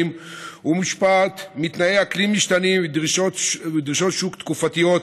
ומושפעת מתנאי אקלים משתנים ודרישות שוק תקופתיות.